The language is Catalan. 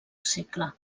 segle